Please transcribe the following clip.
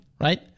right